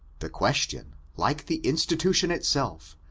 the question, like the institution itself,